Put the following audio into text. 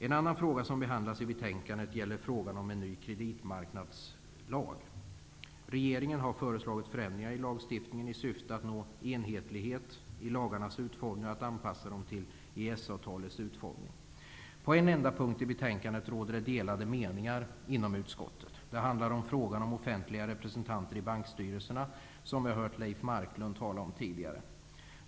En annan fråga som behandlas i betänkandet gäller ny lag om kreditmarknadsbolag. Regeringen har föreslagit förändringar i lagstiftningen i syfte att nå enhetlighet i lagarnas utformning och att anpassa dem till EES-avtalets utformning. På en enda punkt i betänkandet råder det delade meningar inom utskottet. Det handlar om offentliga representanter i bankstyrelserna, som vi hört Leif Marklund tala om tidigare.